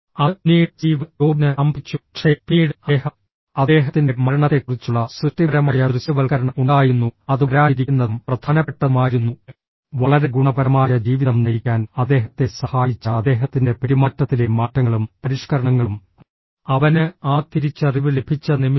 അത് പിന്നീട് സ്റ്റീവ് ജോബ്സിന് സംഭവിച്ചു പക്ഷേ പിന്നീട് അദ്ദേഹം അദ്ദേഹത്തിന്റെ മരണത്തെക്കുറിച്ചുള്ള സൃഷ്ടിപരമായ ദൃശ്യവൽക്കരണം ഉണ്ടായിരുന്നു അത് വരാനിരിക്കുന്നതും പ്രധാനപ്പെട്ടതുമായിരുന്നു വളരെ ഗുണപരമായ ജീവിതം നയിക്കാൻ അദ്ദേഹത്തെ സഹായിച്ച അദ്ദേഹത്തിന്റെ പെരുമാറ്റത്തിലെ മാറ്റങ്ങളും പരിഷ്ക്കരണങ്ങളും അവന് ആ തിരിച്ചറിവ് ലഭിച്ച നിമിഷം